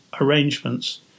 arrangements